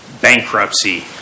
bankruptcy